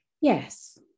yes